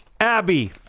Abby